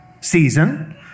season